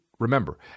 remember